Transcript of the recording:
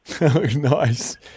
nice